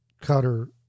cutter